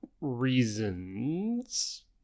reasons